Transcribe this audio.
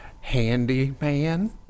Handyman